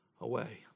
away